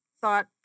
thought